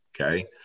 Okay